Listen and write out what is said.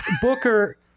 Booker –